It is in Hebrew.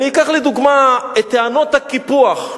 אני אקח לדוגמה את טענות הקיפוח,